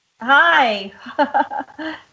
Hi